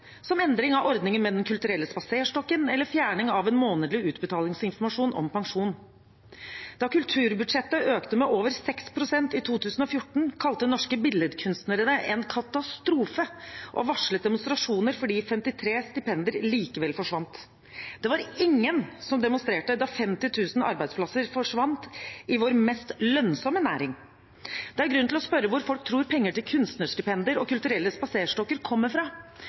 som endring av ordningen med Den kulturelle spaserstokken eller fjerning av en månedlig utbetalingsinformasjon om pensjon. Da kulturbudsjettet økte med over 6 pst. i 2014, kalte Norske Billedkunstnere det en katastrofe og varslet demonstrasjoner fordi 53 stipender likevel forsvant. Det var ingen som demonstrerte da 50 000 arbeidsplasser forsvant i vår mest lønnsomme næring. Det er grunn til å spørre hvor folk tror penger til kunstnerstipender og kulturelle spaserstokker kommer fra